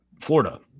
Florida